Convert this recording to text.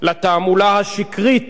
לתעמולה השקרית